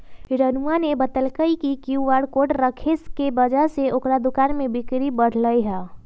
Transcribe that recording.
रानूआ ने बतल कई कि क्यू आर कोड रखे के वजह से ओकरा दुकान में बिक्री बहुत बढ़ लय है